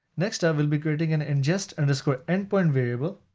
next, i will be creating an ingest underscore endpoint variable,